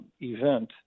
event